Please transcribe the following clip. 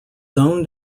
owned